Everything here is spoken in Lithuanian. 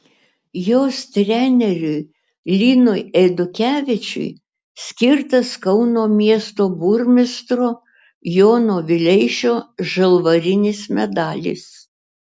jos treneriui linui eidukevičiui skirtas kauno miesto burmistro jono vileišio žalvarinis medalis